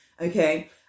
Okay